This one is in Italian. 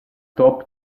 top